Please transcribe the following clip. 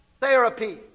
therapy